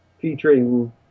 featuring